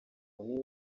munini